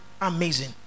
Amazing